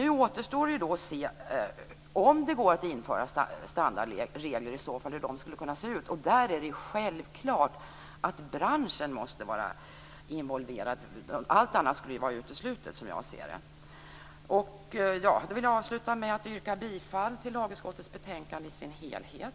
Nu återstår det att se om det går att införa standardregler och hur dessa i så fall skulle kunna se ut. Där är det självklar att branschen måste vara involverad. Allt annat vore uteslutet som jag ser det. Till sist vill jag yrka bifall till hemställan i lagutskottets betänkande i dess helhet.